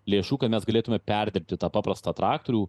lėšų kad mes galėtume perdirbti tą paprastą traktorių